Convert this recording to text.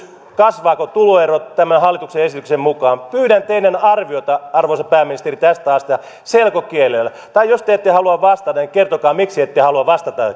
kasvavatko tuloerot tämän hallituksen esityksen mukaan pyydän teidän arviotanne arvoisa pääministeri tästä asiasta selkokielellä tai jos te ette halua vastata niin kertokaa miksi ette halua vastata